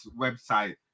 website